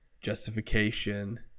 justification